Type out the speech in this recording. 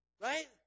Right